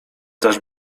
też